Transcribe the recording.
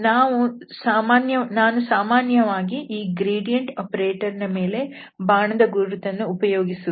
ನಾನು ಸಾಮಾನ್ಯವಾಗಿ ಈ ಗ್ರೇಡಿಯಂಟ್ ಆಪರೇಟರ್ನ ಮೇಲೆ ಬಾಣದ ಗುರುತನ್ನು ಉಪಯೋಗಿಸುವುದಿಲ್ಲ